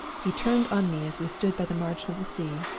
he turned on me as we stood by the margin of the sea,